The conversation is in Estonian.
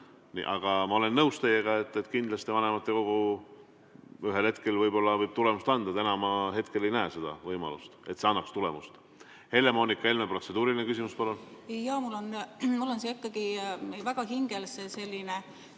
Aga ma olen nõus teiega, et kindlasti vanematekogu ühel hetkel võib tulemust anda. Täna ma ei näe võimalust, et see annaks tulemust. Helle-Moonika Helme, protseduuriline küsimus, palun!